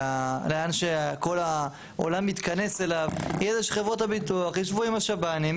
לאן שכל העולם מתכנס אליו יהיה זה שחברות הביטוח יישבו עם השב"נים,